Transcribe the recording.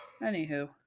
Anywho